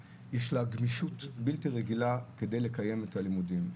גמישות בלתי רגילה כדי לקיים את הלימודים;